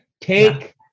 take